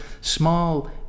small